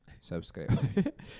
Subscribe